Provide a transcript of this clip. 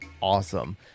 awesome